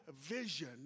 vision